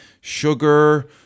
sugar